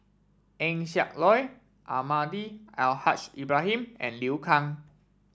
Eng Siak Loy Almahdi Al Haj Ibrahim and Liu Kang